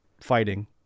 fighting